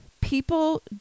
people